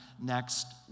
next